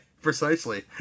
Precisely